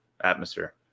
atmosphere